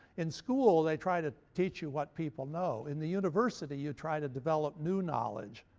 in school they try to teach you what people know. in the university you try to develop new knowledge.